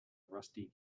rusty